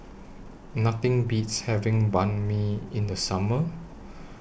Nothing Beats having Banh MI in The Summer